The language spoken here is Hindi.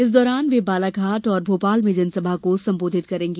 इस दौरान वे बालाघाट और भोपाल में जनसभा को संबोधित करेंगी